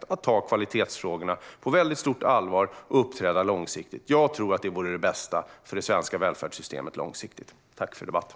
Man måste ta kvalitetsfrågorna på väldigt stort allvar och uppträda långsiktigt. Jag tror att det vore det bästa för det svenska välfärdssystemet. Tack för debatten!